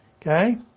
okay